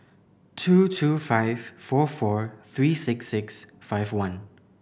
two two five four four three six six five one